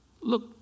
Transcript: Look